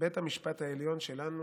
שבית המשפט העליון שלנו,